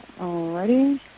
Alrighty